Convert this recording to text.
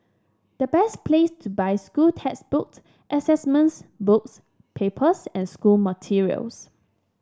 the best place to buy school textbooks assessments books papers and school materials